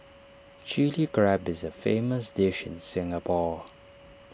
Chilli Crab is A famous dish in Singapore